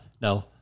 no